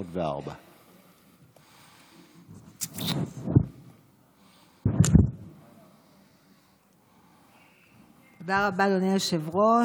504. תודה רבה, אדוני היושב-ראש.